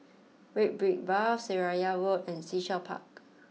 Red Brick Path Seraya Road and Sea Shell Park